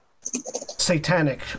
satanic